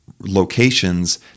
locations